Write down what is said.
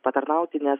patarnauti nes